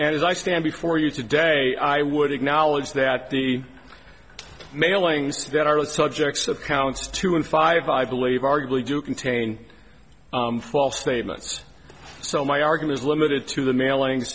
as i stand before you today i would acknowledge that the mailings to that are the subjects of counts two and five i believe arguably do contain false statements so my argument is limited to the mailing